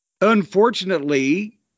unfortunately